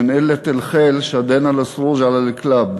מן קלת אל-ח'יל שדנא אל-סרוג' עלא אל-כּלאבּ,